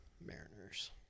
Mariners